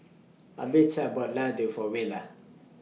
Albertha bought Ladoo For Willia